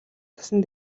цасан